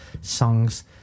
songs